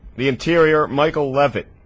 the interior michael leavitt